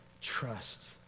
trust